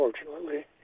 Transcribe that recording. unfortunately